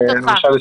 למשל,